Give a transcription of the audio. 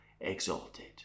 exalted